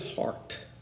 heart